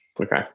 Okay